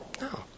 No